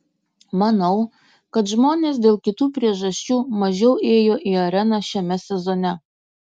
manau kad žmonės dėl kitų priežasčių mažiau ėjo į areną šiame sezone